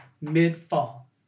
mid-fall